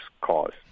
cause